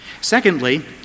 Secondly